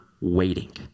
waiting